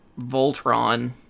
Voltron